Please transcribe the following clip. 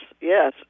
yes